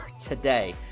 today